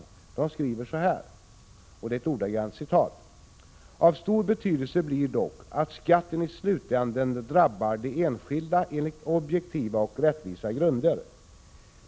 I detta fall skriver lagrådet ordagrant: ”Av stor betydelse blir dock att skatten i slutänden drabbar de enskilda enligt objektiva och rättvisa grunder.